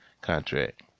contract